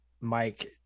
Mike